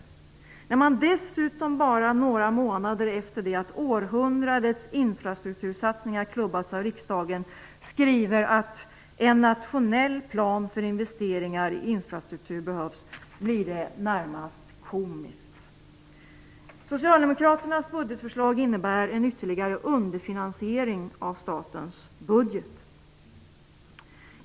När Socialdemokraterna dessutom, bara några månader efter det att århundradets infrastruktursatsningar klubbats av riksdagen, skriver att ''en nationell plan för investeringar i infrastruktur behövs'', blir det närmast komiskt. Socialdemokraternas budgetförslag innebär en ytterligare underfinansiering av statens budget.